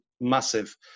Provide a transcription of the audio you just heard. massive